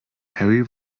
harry